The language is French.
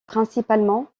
principalement